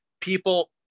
People